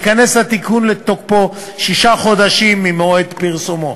ייכנס התיקון לתוקפו בתום שישה חודשים ממועד פרסומו.